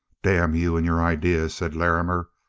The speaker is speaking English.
damn you and your ideas, said larrimer.